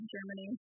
Germany